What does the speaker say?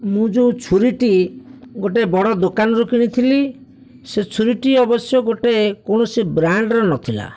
ମୁଁ ଯେଉଁ ଛୁରୀଟି ଗୋଟିଏ ବଡ଼ ଦୋକାନରୁ କିଣିଥିଲି ସେ ଛୁରୀଟି ଅବଶ୍ୟ ଗୋଟିଏ କୌଣସି ବ୍ରାଣ୍ଡର ନଥିଲା